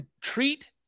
treat